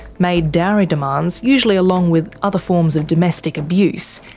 made dowry demands, usually along with other forms of domestic abuse,